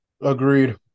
agreed